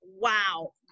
wow